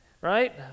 Right